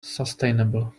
sustainable